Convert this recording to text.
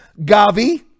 Gavi